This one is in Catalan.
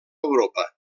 europa